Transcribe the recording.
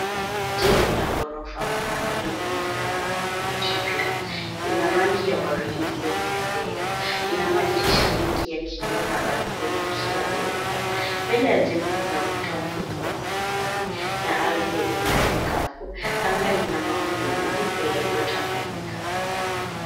Jengo la ghorofa ambal olinaonekana kuwa jipya, ina rangi ya waridi ililyokolea. Ina madirisha mengi ya kioo na balkoni kila ghorofa. Mbele ya jengo kuna ukuta mfupi wa matofali na ardhi yenye nyasi kavu. Anga lina mawingu meupe yaliyotawanyika.